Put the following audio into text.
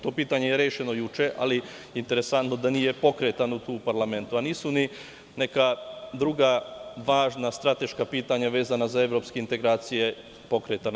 To pitanje je rešeno juče, ali interesantno da nije pokretano tu u parlamentu, a nisu ni neka druga važna strateška pitanja vezana za evropske integracije pokretana.